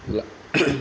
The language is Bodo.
ला